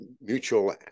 mutual